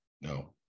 No